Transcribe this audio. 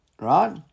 right